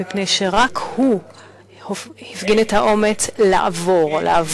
מפני שרק הוא הפגין את האומץ לעבור,